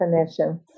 definition